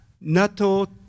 NATO